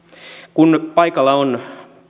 kun paikalla on